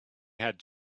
had